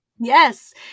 Yes